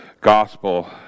gospel